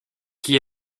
qui